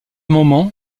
moment